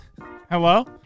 Hello